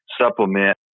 supplement